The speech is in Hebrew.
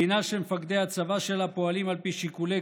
מדינה שמפקדי הצבא שלה פועלים על פי שיקולי